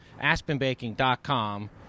Aspenbaking.com